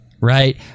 right